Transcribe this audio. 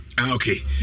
Okay